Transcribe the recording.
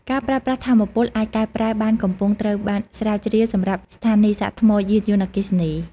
ការប្រើប្រាស់ថាមពលអាចកែច្នៃបានកំពុងត្រូវបានស្រាវជ្រាវសម្រាប់ស្ថានីយ៍សាកថ្មយានយន្តអគ្គីសនី។